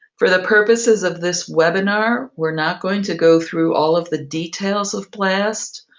for the purposes of this webinar, we're not going to go through all of the details of blast,